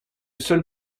seul